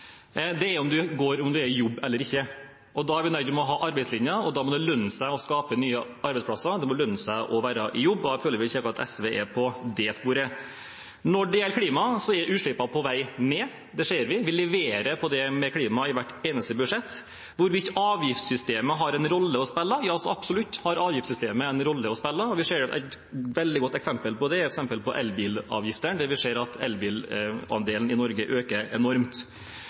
– er om man er i jobb eller ikke. Da er vi nødt til å ha arbeidslinjen, og det må lønne seg å skape nye arbeidsplasser og å være i jobb. Jeg føler ikke akkurat at SV er på det sporet. Når det gjelder klima, er utslippene på vei ned. Det ser vi. Vi leverer på klima i hvert eneste budsjett. Hvorvidt avgiftssystemet har en rolle å spille: Ja, så absolutt har avgiftssystemet en rolle å spille. Et veldig godt eksempel på det er f.eks. elbilavgiftene, der vi ser at elbilandelen i Norge øker enormt.